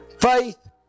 faith